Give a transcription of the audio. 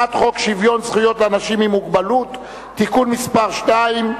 הצעת חוק שוויון זכויות לאנשים עם מוגבלות (תיקון מס' 2)